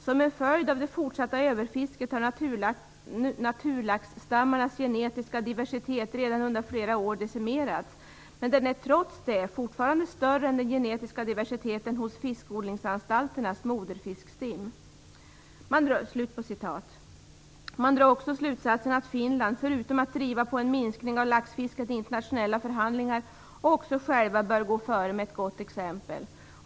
Som en följd av det fortsatta överfisket har naturlaxstammarnas genetiska diversitet redan under flera år decimerats, men den är trots det fortfarande större än den genetiska diversiteten hos fiskodlingsanstalternas moderfiskstim. Man drar också slutsatsen att Finland, förutom att vara pådrivande för att uppnå en minskning av laxfisket i internationella förhandlingar, också bör föregå med gott exempel.